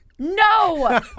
No